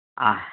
ஆ